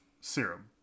serum